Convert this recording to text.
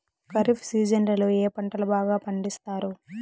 ఖరీఫ్ సీజన్లలో ఏ పంటలు బాగా పండిస్తారు